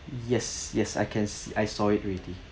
yes yes I can see I saw it already